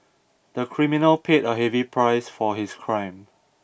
the criminal paid a heavy price for his crime